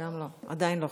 עדיין לא.